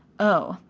oh!